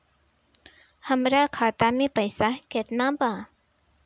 हमरा खाता में पइसा केतना बा?